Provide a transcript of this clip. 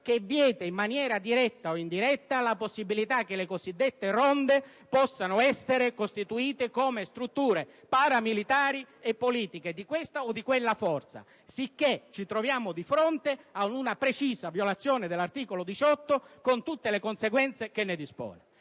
che vieti, in maniera diretta o indiretta, la possibilità che le cosiddette ronde possano essere costituite come strutture paramilitari e politiche di questa o di quella forza. Ci troviamo così di fronte ad una precisa violazione dell'articolo 18 della Costituzione, con tutte le conseguenze che ne discendono.